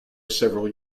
several